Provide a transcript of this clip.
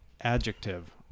Adjective